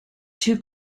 two